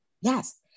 Yes